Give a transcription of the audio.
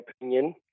opinion